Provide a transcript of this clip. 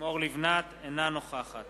אינה נוכחת